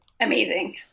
Amazing